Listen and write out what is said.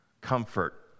comfort